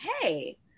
hey